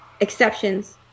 exceptions